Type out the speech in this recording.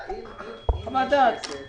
אם יש כסף